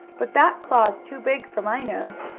but that claw is too big for my nose.